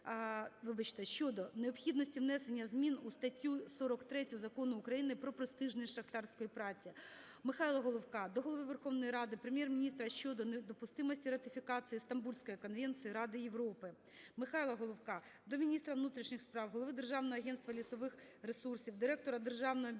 щодо необхідності внесення змін у статтю 43 Закону України "Про престижність шахтарської праці". Михайла Головка до Голови Верховної Ради, Прем'єр-міністра щодо недопустимості ратифікації "Стамбульської конвенції" Ради Європи. Михайла Головка до міністра внутрішніх справ, голови Державного агентства лісових ресурсів, Директора Державного